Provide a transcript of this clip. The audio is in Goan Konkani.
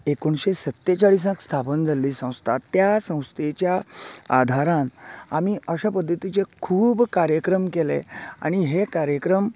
एकुणशें सत्तेचाळीसांक स्थापन जाल्ली संस्था त्या संस्थेच्या आधारान आमी अश्या पद्दतीचे खूब कार्यक्रम केले आनी हे कार्यक्रम